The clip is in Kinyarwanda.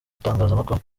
itangazamakuru